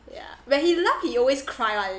yeah when he laugh he always cry [one]